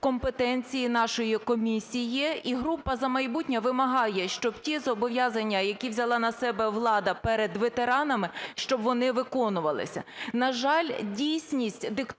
компетенції нашої комісії. І група "За майбутнє" вимагає, щоб ті зобов'язання, які взяла на себе влада перед ветеранами, щоб вони виконувалися. На жаль, дійсність диктує